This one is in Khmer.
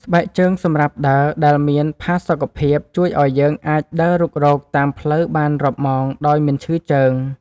ស្បែកជើងសម្រាប់ដើរដែលមានផាសុខភាព ជួយឱ្យយើងអាចដើររុករកតាមផ្លូវបានរាប់ម៉ោងដោយមិនឈឺជើង។